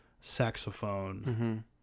saxophone